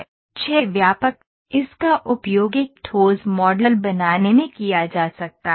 6 व्यापक इसका उपयोग एक ठोस मॉडल बनाने में किया जा सकता है